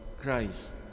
Christ